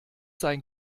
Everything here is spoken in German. sein